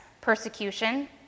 persecution